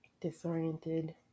Disoriented